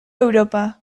europa